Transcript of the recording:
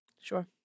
Sure